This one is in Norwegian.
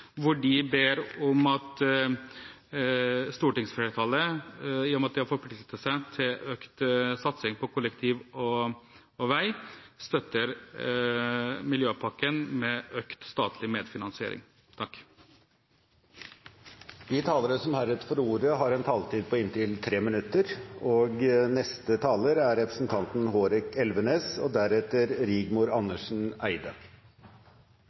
hvor de ber om at stortingsflertallet – i og med at de har forpliktet seg til økt satsing på kollektivtrafikk og vei – støtter miljøpakken med økt statlig medfinansiering. De talere som heretter får ordet, har en taletid på inntil tre minutter. Å feie for egen dør er